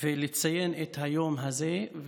ולציין את היום הזה.